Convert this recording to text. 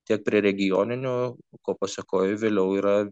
tiek prie regioninių ko pasekoj vėliau yra